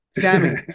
Sammy